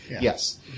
Yes